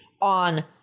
on